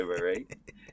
right